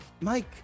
Mike